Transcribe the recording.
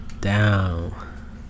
down